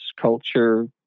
culture